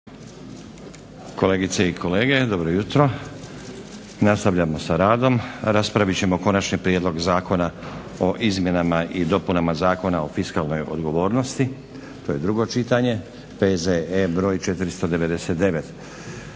Kolegice i kolege, dobro jutro. Nastavljamo sa radom. Raspravit ćemo - Konačni prijedlog Zakona o izmjenama i dopunama zakona o fiskalnoj odgovornosti, drugo čitanje, P.Z.E. br. 499.